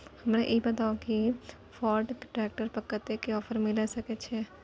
हमरा ई बताउ कि फोर्ड ट्रैक्टर पर कतेक के ऑफर मिलय सके छै?